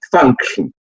function